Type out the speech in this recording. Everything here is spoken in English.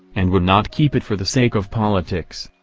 and would not keep it for the sake of politics.